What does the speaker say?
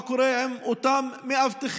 מה קורה עם אותם "מאבטחים",